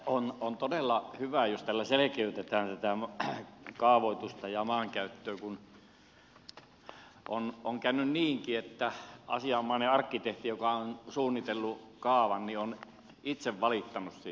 on todella hyvä jos tällä selkeytetään tätä kaavoitusta ja maankäyttöä kun on käynyt niinkin että asianomainen arkkitehti joka on suunnitellut kaavan on itse valittanut siitä